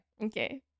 Okay